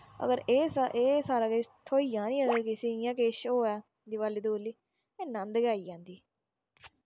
अगर एह् सा एह् सारा किश थ्होईया निं अगर किश होऐ दिवली दवुली ते नन्द गै आई जंदी